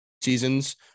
seasons